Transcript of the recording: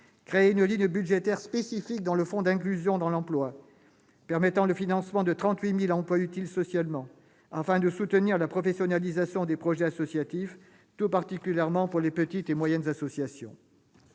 créer une ligne budgétaire spécifique au sein du fonds d'inclusion dans l'emploi, permettant le financement de 38 000 emplois utiles socialement, afin de soutenir la professionnalisation des projets associatifs, tout particulièrement dans les petites et moyennes associations.